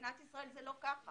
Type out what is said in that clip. במדינת ישראל זה לא כך.